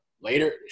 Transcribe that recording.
Later